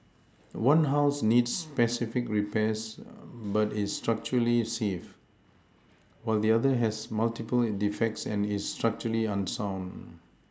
one house needs specific repairs but is structurally safe while the other has multiple defects and is structurally unsound